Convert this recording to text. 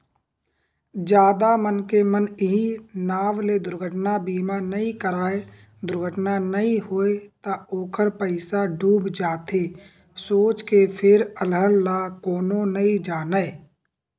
जादा मनखे मन इहीं नांव ले दुरघटना बीमा नइ कराय दुरघटना नइ होय त ओखर पइसा डूब जाथे सोच के फेर अलहन ल कोनो नइ जानय